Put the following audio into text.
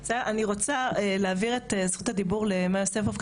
אני רוצה להעביר את זכות הדיבור למאיה יוספוב,